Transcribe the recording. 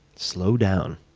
slow down.